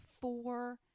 four